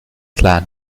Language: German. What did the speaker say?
klar